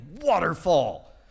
waterfall